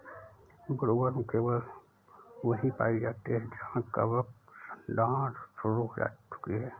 woodworm केवल वहीं पाई जाती है जहां कवक सड़ांध शुरू हो चुकी है